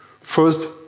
First